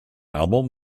album